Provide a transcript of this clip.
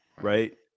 Right